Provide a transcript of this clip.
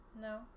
No